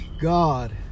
God